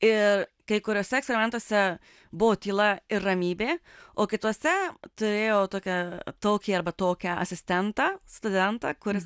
ir kai kuriuose eksperimentuose buvo tyla ir ramybė o kituose turėjau tokią tokį arba tokią asistentą studentą kuris